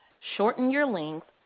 shorten your links,